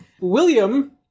William